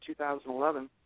2011